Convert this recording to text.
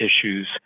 issues